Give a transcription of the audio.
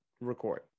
record